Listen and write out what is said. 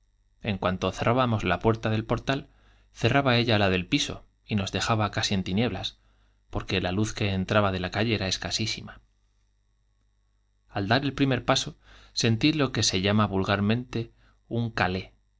en cuanto cerrá bamos la puerta del portal cerraba ella la del piso y nos dejaba casi en tinieblas porque la luz que entraba de la calle era escasísima al dar el primer paso sentí lo que se llama vulgar mente un